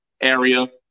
area